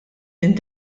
minn